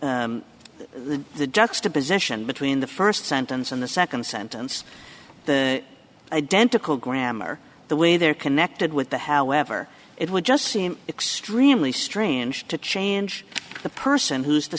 juxtaposition between the first sentence and the second sentence the identical grammar the way they're connected with the however it would just seem extremely strange to change the person who's the